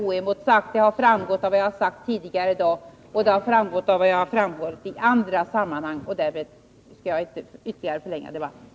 Vad jag anser i den frågan har framgått av vad jag sagt tidigare i dag och vad jag framfört i andra sammanhang. Därmed skall jag inte ytterligare förlänga debatten.